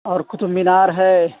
اور قطب مینار ہے